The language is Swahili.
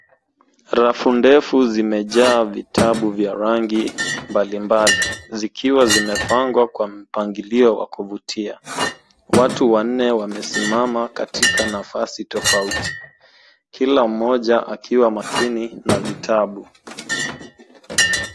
Rafu ndefu zimejaa vitabu vya rangi mbalimbali, zikiwa zimepangwa kwa mpangilio wa kuvutia. Watu wanne wamesimama katika nafasi tofauti, kila mmoja akiwa makini na vitabu.